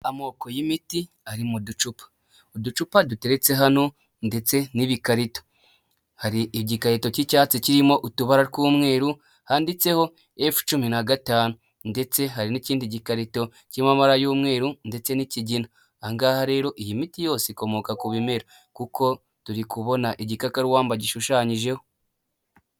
Amoko y'imiti ari mu ducupa, uducupa duteretse hano ndetse n'ibikarito, hari igikarito cy'icyatsi kirimo utubara tw'umweru handitseho efu cumi na gatanu ndetse hari n'ikindi gikarito kirimo amabara y'umweru ndetse n'kigina, aha ngaha rero iyi miti yose ikomoka ku bimera kuko turi kubona igikakarubamba gishushanyijeho.